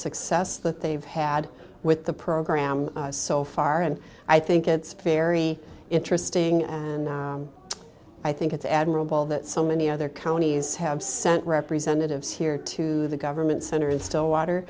success that they've had with the program so far and i think it's very interesting and i think it's admirable that so many other counties have sent representatives here to the government center in stillwater